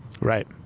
Right